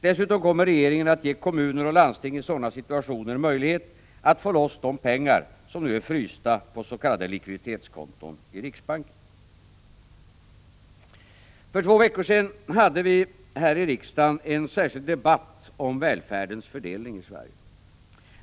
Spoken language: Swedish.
Dessutom kommer regeringen att ge kommuner och landsting i sådana situationer möjlighet att få loss de pengar som nu är frysta på s.k. likviditetskonton i riksbanken. För två veckor sedan hade vi här i riksdagen en särskild debatt om välfärdens fördelning i Sverige.